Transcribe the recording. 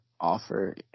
offer